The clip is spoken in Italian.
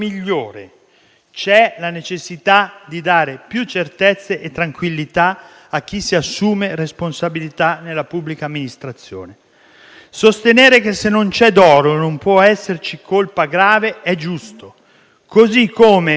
c'è la necessità di dare maggiori certezze e tranquillità a chi si assume responsabilità nella pubblica amministrazione. Sostenere che se non c'è dolo non può esserci punibilità è giusto, così come